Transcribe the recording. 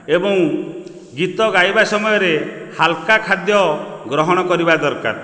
ଏବଂ ଗୀତ ଗାଇବା ସମୟରେ ହାଲ୍କା ଖାଦ୍ୟ ଗ୍ରହଣ କରିବା ଦରକାର